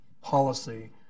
policy